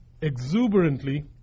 exuberantly